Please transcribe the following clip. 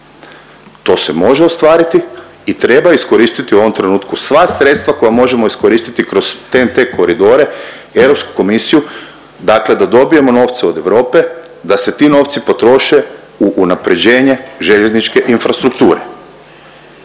To se može ostvariti i treba iskoristiti u ovom trenutku sva sredstva koja možemo iskoristiti kroz TNT koridore, Europsku komisiju, dakle da dobijemo novce od Europe, da se ti novci potroše u unaprjeđenje željezničke infrastrukture.